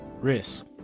risk